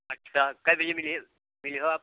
अच्छा कितने बजे मिल मिलंगे आप